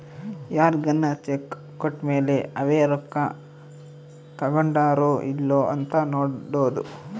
ಯಾರ್ಗನ ಚೆಕ್ ಕೋಟ್ಮೇಲೇ ಅವೆ ರೊಕ್ಕ ತಕ್ಕೊಂಡಾರೊ ಇಲ್ಲೊ ಅಂತ ನೋಡೋದು